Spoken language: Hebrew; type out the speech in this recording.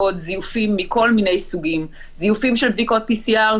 זיופים מכל מיני סוגים זיופים של בדיקות PCR,